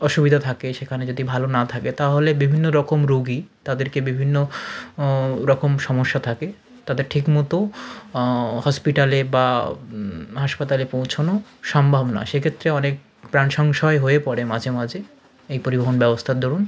অসুবিধা থাকে সেখানে যদি ভালো না থাকে তাহলে বিভিন্ন রকম রোগী তাদেরকে বিভিন্ন রকম সমস্যা থাকে তাদের ঠিক মতো হসপিটালে বা হাসপাতালে পৌঁছনো সম্ভব নয় সেক্ষেত্রে অনেক প্রাণ সংশয় হয়ে পড়ে মাঝে মাঝে এই পরিবহণ ব্যবস্থার দরুন